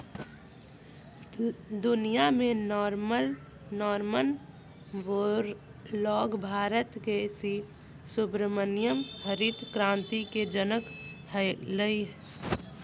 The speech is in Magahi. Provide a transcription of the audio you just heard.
दुनिया में नॉरमन वोरलॉग भारत के सी सुब्रमण्यम हरित क्रांति के जनक हलई